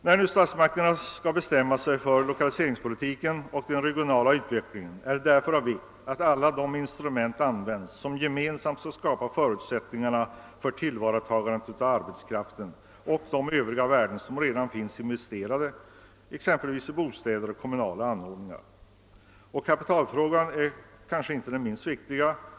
När statsmakterna nu skall bestämma sig för lokaliseringspolitiken och den regionala utvecklingen är det av vikt att alla de instrument används som gemensamt skall kunna skapa förutsättningarna för tillvaratagandet av arbetskraften och de övriga värden som redan finns investerade exempelvis i bostäder och kommunala anordningar. Kapitalfrågan är inte den minst viktiga.